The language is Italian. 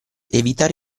evitare